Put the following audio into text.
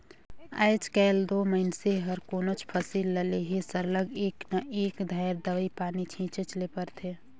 आएज काएल दो मइनसे हर कोनोच फसिल ल लेहे सरलग एक न एक धाएर दवई पानी छींचेच ले परथे